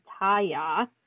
Taya